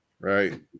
Right